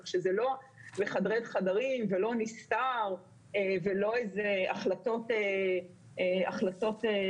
כך שזה לא בחדרי חדרים ולא נסתר ולא החלטות של